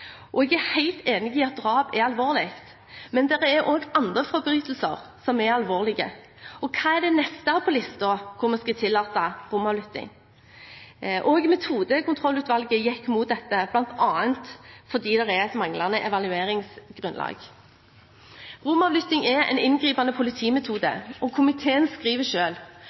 tilfellene. Jeg er helt enig i at drap er alvorlig, men det er også andre forbrytelser som er alvorlige, og hva er det neste på listen hvor vi skal tillate romavlytting? Også Metodekontrollutvalget gikk mot dette, bl.a. fordi det er et manglende evalueringsgrunnlag. Romavlytting er en inngripende politimetode, og komiteen skriver